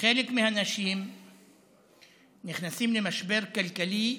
וחלק מהאנשים נכנסים למשבר כלכלי,